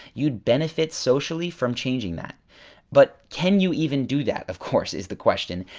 you'd benefit socially from changing that but can you even do that of course is the question.